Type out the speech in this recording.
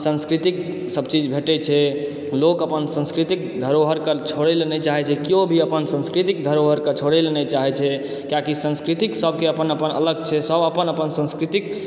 संस्कृतिकसभ चीज भेटैत छै लोक अपन संस्कृतिक धरोहरकऽ छोड़यलऽ नहि चाहैत छै केओ भी अपन संस्कृतिक धरोहरकऽ छोड़यलऽ नहि चाहैत छै किआकि संस्कृतिक सभके अपन अपन अलग छै सभ अपन अपन संस्कृतिक